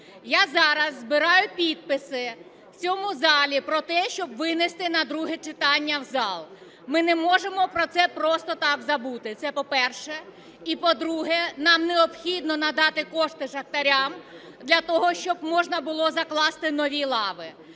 Я зараз збираю підписи в цьому залі про те, щоб винести на друге читання в зал. Ми не можемо про це просто так забути. Це по-перше. І, по-друге, нам необхідно надати кошти шахтарям, для того щоб можна було закласти нові лави.